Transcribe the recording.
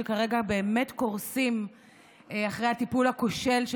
שכרגע באמת קורסים אחרי הטיפול הכושל של